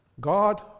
God